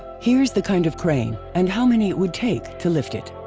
here's the kind of crane, and how many it would take, to lift it.